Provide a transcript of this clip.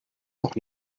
noch